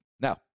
Now